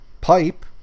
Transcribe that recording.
pipe